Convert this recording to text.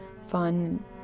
fun